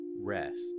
rest